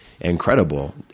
Incredible